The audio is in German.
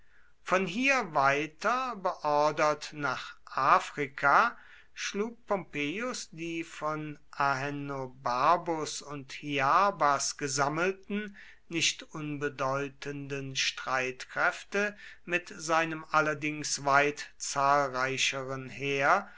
von hier weiter beordert nach afrika schlug pompeius die von ahenobarbus und hiarbas gesammelten nicht unbedeutenden streitkräfte mit seinem allerdings weit zahlreicheren heer